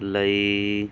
ਲਈ